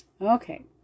Okay